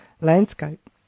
Landscape